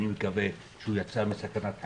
אני מקווה שהוא יצא מסכנת חיים,